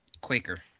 Quaker